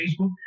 Facebook